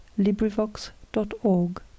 LibriVox.org